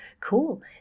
cool